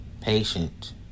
patient